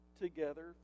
together